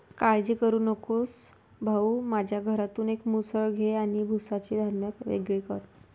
काळजी करू नकोस भाऊ, माझ्या घरातून एक मुसळ घे आणि भुसाचे धान्य वेगळे कर